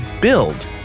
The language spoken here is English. build